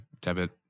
debit